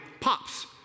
pops